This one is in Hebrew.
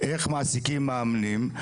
איך מעסיקים מאמנים?